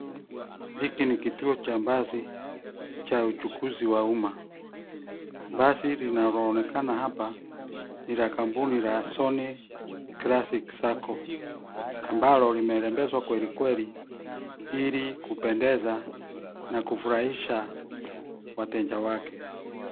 Hiki ni kituo cha basi cha uchukuzi wa umma. Basi linaloonekana hapa ni la kampuni la Sony Classic Sacco ambalo limerembeshwa kwelikweli ili kupendeza na kufurahisha wateja wake.